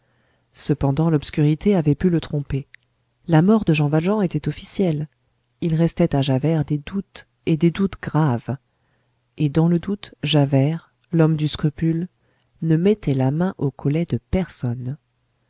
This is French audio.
cependant l'obscurité avait pu le tromper la mort de jean valjean était officielle il restait à javert des doutes et des doutes graves et dans le doute javert l'homme du scrupule ne mettait la main au collet de personne